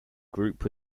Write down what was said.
group